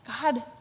God